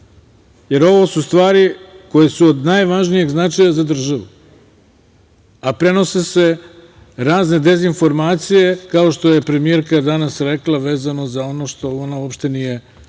jer ovo su stvari koje su od najvažnijeg značaja za državu, a prenose se razne dezinformacije, kao što je premijerka danas rekla vezano za ono što ona uopšte nije naglasila,